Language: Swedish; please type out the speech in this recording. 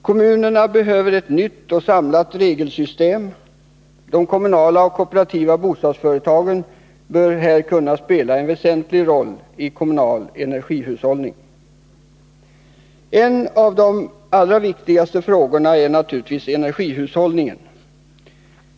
Kommunerna behöver ett nytt och samlat regelsystem. De kommunala och kooperativa bostadsföretagen bör kunna spela en väsentlig roll i den kommunala energihushållningen. En av de allra viktigaste frågorna är naturligtvis energihushållningen.